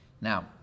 Now